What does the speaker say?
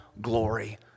glory